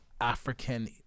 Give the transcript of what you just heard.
African